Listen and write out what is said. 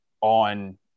on